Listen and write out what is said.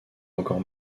encore